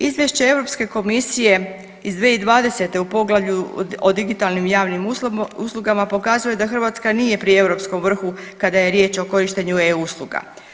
Izvješće Europske komisije iz 2020.u poglavlju o digitalnim javnim uslugama pokazuje da Hrvatska nije pri europskom vrhu kada je riječ o korištenju eu usluga.